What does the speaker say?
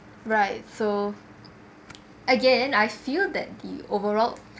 right so again I feel that the overall